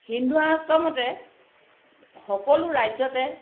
হিন্দুশাস্ত্ৰ মতে সকলো ৰাজ্যতে